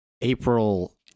april